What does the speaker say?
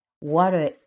water